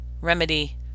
remedy